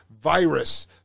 virus